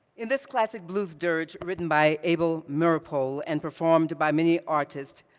in this classic blues dirge written by abel meeropol and performed by many artists,